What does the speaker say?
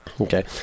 Okay